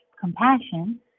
compassion